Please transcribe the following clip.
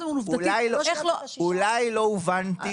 הובנתי